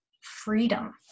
freedom